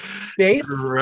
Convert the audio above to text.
Space